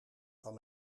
van